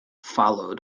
followed